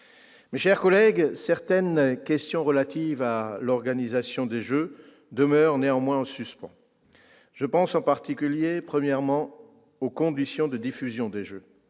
Mes chers collègues, certaines questions relatives à l'organisation des Jeux demeurent néanmoins en suspens. Je pense, premièrement, aux conditions de diffusion des Jeux,